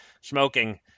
smoking